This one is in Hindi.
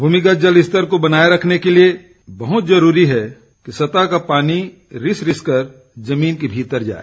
भूमिगत जल स्तर को बनाए रखने के लिए बहुत जरूरी है कि सतह का पानी रिस रिसकर जमीन के भीतर जाए